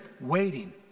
waiting